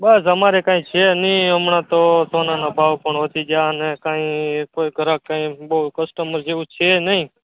બસ અમારે કાંઈ છે નહીં હમણાં તો સોનના ભાવ પણ વધી ગયા અને કાંઈ કોઈ ઘરાક કંઈ બહુ કસ્ટમર જેવું છે નહીં